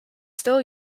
still